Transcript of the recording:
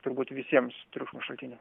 turbūt visiems triukšmo šaltiniam